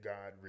God